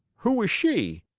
who is she?